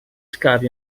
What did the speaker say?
scavi